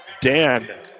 Dan